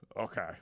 Okay